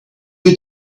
you